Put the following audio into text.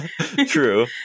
True